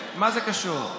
בוסו, מה זה קשור?